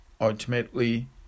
ultimately